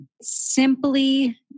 Simply